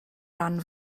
rhan